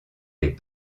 les